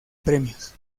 premios